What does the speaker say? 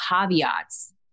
caveats